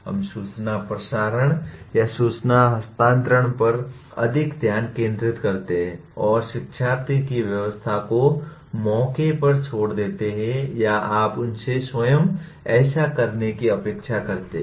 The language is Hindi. हम सूचना प्रसारण या सूचना हस्तांतरण पर अधिक ध्यान केंद्रित करते हैं और शिक्षार्थी की व्यस्तता को मौके पर छोड़ देते हैं या आप उनसे स्वयं ऐसा करने की अपेक्षा करते हैं